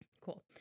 Cool